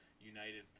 United